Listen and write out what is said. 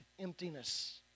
emptiness